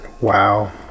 Wow